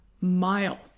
mile